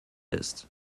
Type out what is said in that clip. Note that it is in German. ist